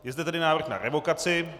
Je zde tady návrh na revokaci.